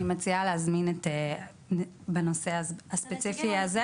אני מציעה להזמין בנושא הספציפי הזה,